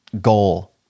goal